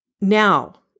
now